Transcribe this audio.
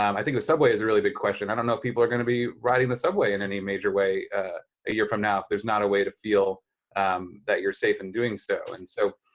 um i think the subway is a really good question, i don't know if people are going to be riding the subway in any major way a year from now if there's not a way to feel that you're safe in doing so. and so,